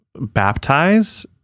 baptize